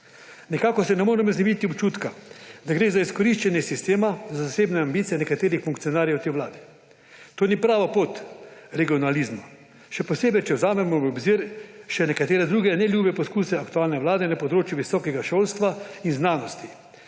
Nekako se ne moremo znebiti občutka, da gre za izkoriščanje sistema za zasebne ambicije nekaterih funkcionarjev te vlade. To ni prava pot regionalizma, še posebej, če vzamemo v obzir še nekatere druge neljube poskuse aktualne vlade na področju visokega šolstva in znanosti.